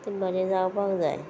तें बरें जावपाक जाय